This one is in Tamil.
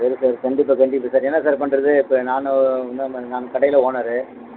சரி சரி கண்டிப்பாக கண்டிப்பாக சார் என்ன சார் பண்ணுறது இப்போ நானும் நம் கடையில் ஓனரு